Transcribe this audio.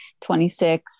26